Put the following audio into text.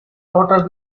daughter